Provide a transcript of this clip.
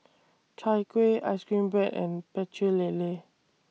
Chai Kuih Ice Cream Bread and Pecel Lele